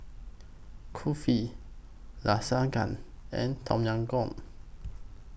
Kulfi Lasagna and Tom Yam Goong